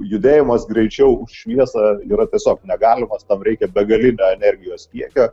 judėjimas greičiau už šviesą yra tiesiog negalimas tam reikia begalinio energijos kiekio